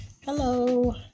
hello